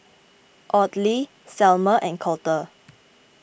Audley Selmer and Colter